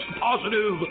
positive